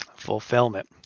Fulfillment